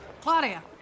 Claudia